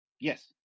Yes